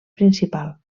principal